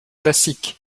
classiques